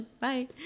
Bye